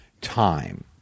time